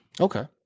Okay